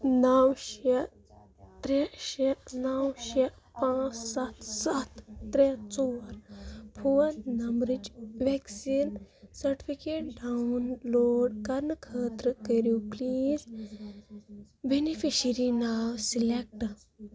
نَو شےٚ ترٛےٚ شےٚ نَو شےٚ پانٛژھ سَتھ سَتھ ترٛےٚ ژور فون نمبرٕچ ویکسیٖن سرٹِفکیٹ ڈاؤن لوڈ کَرنہٕ خٲطرٕ کٔرِو پُلیٖز بینِفیشرِی ناو سِلیٚکٹ